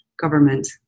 government